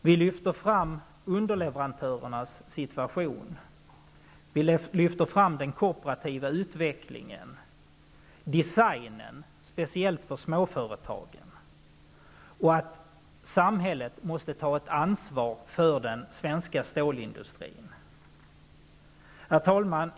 Vi lyfter fram underleverantörernas situation och den kooperativa utvecklingen, och designen, speciellt för småföretagen, och framhåller att samhället måste ta ett ansvar för den svenska stålindustrin. Herr talman!